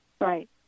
Right